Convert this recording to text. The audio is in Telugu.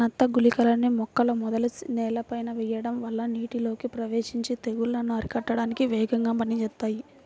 నత్త గుళికలని మొక్కల మొదలు నేలపైన వెయ్యడం వల్ల నీటిలోకి ప్రవేశించి తెగుల్లను అరికట్టడానికి వేగంగా పనిజేత్తాయి